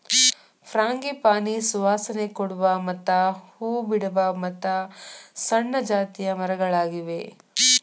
frangipani ಸುವಾಸನೆ ಕೊಡುವ ಮತ್ತ ಹೂ ಬಿಡುವ ಮತ್ತು ಸಣ್ಣ ಜಾತಿಯ ಮರಗಳಾಗಿವೆ